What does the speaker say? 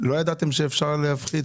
לא ידעתם שאפשר להפחית?